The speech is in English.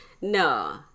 no